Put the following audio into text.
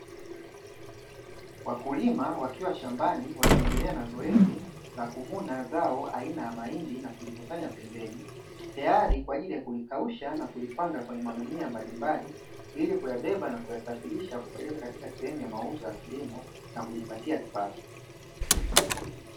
Wakulima wakiwa shambani wakiendelea na zoezi la kuvuna zao aina ya mahindi na kulikusanya pembeni, tayari kwa ajili ya kulikausha na kulipanga kwenye magunia mbalimbali ili kuyabeba na kuyasafirisha kupeleka katika sehemu ya mauzo ya kilimo na kujipatia kipato.